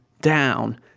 down